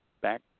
back